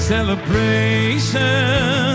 Celebration